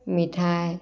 মিঠাই